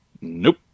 Nope